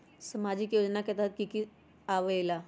समाजिक योजना के तहद कि की आवे ला?